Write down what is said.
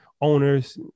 owners